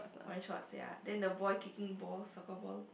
wear short ya then the boy kicking ball soccer ball